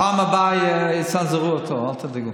בפעם הבאה יצנזרו אותו, אל תדאגו.